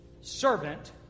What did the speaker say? servant